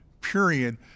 period